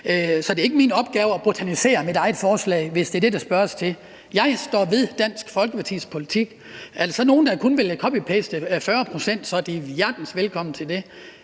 Så det er ikke min opgave at botanisere i mit eget forslag, hvis det er det, der spørges til. Jeg står ved Dansk Folkepartis politik. Er der så nogen, der kun vil copy-paste 40 pct., er de hjertens velkommen til det.